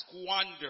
squander